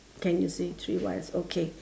can you see three wires okay